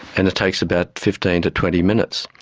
and it takes about fifteen to twenty minutes.